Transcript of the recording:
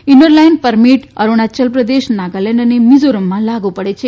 inner line permit Arunachal Pradesh Nagaland અને મિઝોરમમાં લાગુ પડે છે